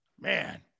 Man